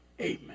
amen